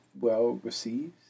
well-received